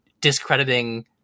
discrediting